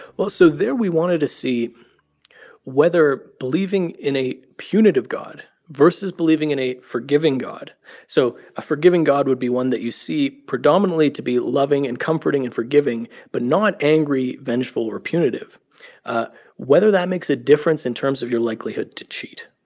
well, so there we wanted to see whether believing in a punitive god versus believing in a forgiving god so a forgiving god would be one that you see predominantly to be loving and comforting and forgiving but not angry, vengeful or punitive whether that makes a difference in terms of your likelihood to cheat.